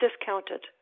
discounted